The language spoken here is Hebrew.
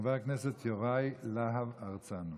חבר הכנסת יוראי להב הרצנו.